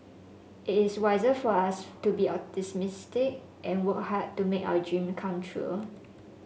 it is wiser for us to be optimistic and work hard to make our dream come true